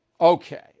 okay